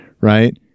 right